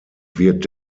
wird